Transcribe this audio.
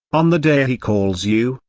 on the day he calls you,